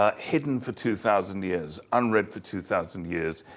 ah hidden for two thousand years, unread for two thousand years.